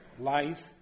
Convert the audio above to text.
life